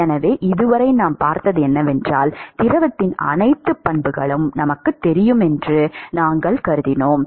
எனவே இதுவரை நாம் பார்த்தது என்னவென்றால் திரவத்தின் அனைத்து பண்புகளும் நமக்குத் தெரியும் என்று நாங்கள் கருதினோம்